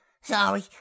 Sorry